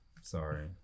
sorry